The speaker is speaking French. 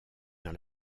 dans